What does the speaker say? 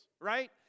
right